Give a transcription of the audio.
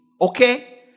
Okay